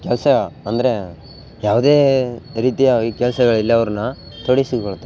ಕೆಲಸ ಅಂದರೆ ಯಾವುದೇ ರೀತಿಯ ಈ ಕೆಲಸಗಳಲ್ಲಿ ಅವ್ರನ್ನ ತೊಡಗಿಸಿಕೊಳ್ತಾರೆ